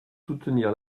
soutenir